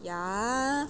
ya